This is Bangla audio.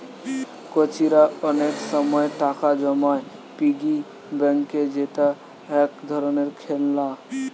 কচিরা অনেক সময় টাকা জমায় পিগি ব্যাংকে যেটা এক ধরণের খেলনা